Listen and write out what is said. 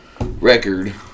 record